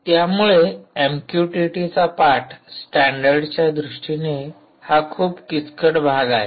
त्यामुळे एमक्यूटीटीचा पाठ स्टॅंडर्डच्या दृष्टीने हा खूप किचकट भाग आहे